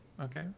okay